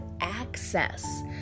access